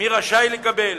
מי רשאי לקבל,